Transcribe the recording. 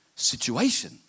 situation